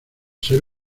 ser